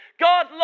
God